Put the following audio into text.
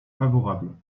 favorable